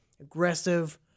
Aggressive